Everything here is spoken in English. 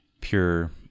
pure